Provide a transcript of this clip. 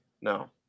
No